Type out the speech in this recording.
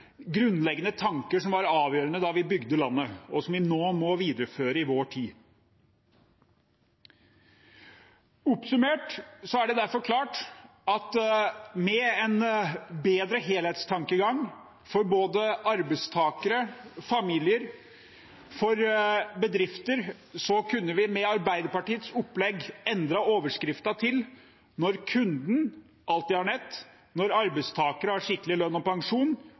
grunnleggende tanker som var avgjørende da vi bygde landet, og som vi nå må videreføre i vår tid. Oppsummert: Derfor er det klart at med en bedre helhetstankegang for både arbeidstakere, familier og bedrifter kunne vi med Arbeiderpartiets opplegg endret overskriften til Handelsnæringen – når kunden alltid har nett, når arbeidstakere har skikkelig lønn og pensjon